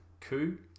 coup